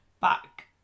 back